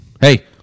hey